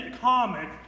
comic